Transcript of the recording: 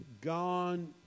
gone